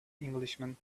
englishman